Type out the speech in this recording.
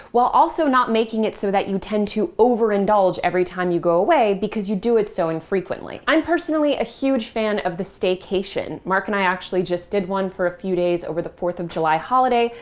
while also not making it so that you tend to overindulge every time you go away, because you do it so infrequently. i'm personally a huge fan of the staycation. mark and i actually just did one for a few days over the fourth of july holiday,